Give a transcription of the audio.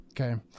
Okay